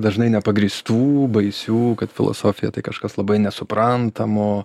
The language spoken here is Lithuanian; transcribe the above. dažnai nepagrįstų baisių kad filosofija tai kažkas labai nesuprantamo